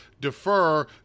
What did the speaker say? defer